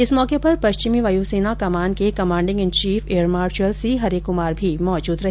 इस मौके पर पश्चिमी वायु सेना कमान के commanding in chief air marshal C Hari Kumar भी मौजूद रहे